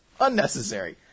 Unnecessary